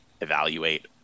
evaluate